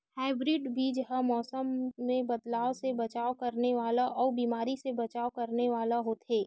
hybrid बीज हा मौसम मे बदलाव से बचाव करने वाला अउ बीमारी से बचाव करने वाला होथे